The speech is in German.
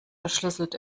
verschlüsselt